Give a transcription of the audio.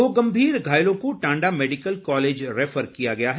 दो गंभीर घायलों को टांडा मेडिकल कॉलेज रैफर किया गया है